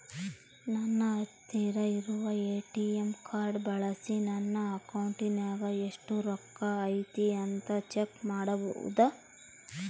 ನನ್ನ ಹತ್ತಿರ ಇರುವ ಎ.ಟಿ.ಎಂ ಕಾರ್ಡ್ ಬಳಿಸಿ ನನ್ನ ಅಕೌಂಟಿನಾಗ ಎಷ್ಟು ರೊಕ್ಕ ಐತಿ ಅಂತಾ ಚೆಕ್ ಮಾಡಬಹುದಾ?